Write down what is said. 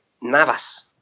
Navas